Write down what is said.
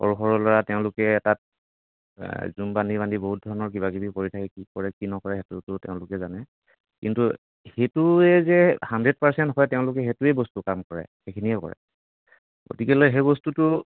সৰু ল'ৰা তেওঁলোকে তাত জুম বান্ধি বান্ধি বহুত ধৰণৰ কিবা কিবি কৰি থাকে কি কৰে কি নকৰে সেইটোতো তেওঁলোকে জানে কিন্তু সেইটোৱে যে হাণ্ডড্ৰেড পাৰ্চেণ্ট হয় তেওঁলোকে সেইটোৱে বস্তু কাম কৰে সেইখিনিয়ে কৰে গতিকেলৈ সেই বস্তুটো